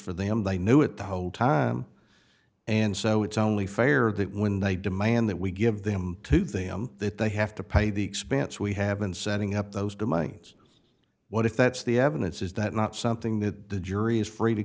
for them they knew it the whole time and so it's only fair that when they demand that we give them to them that they have to pay the expense we have been setting up those domains what if that's the evidence is that not something that the jury is free to